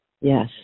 Yes